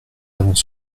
avons